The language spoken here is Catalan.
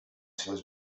seus